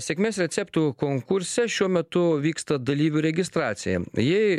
sėkmės receptų konkurse šiuo metu vyksta dalyvių registracija jei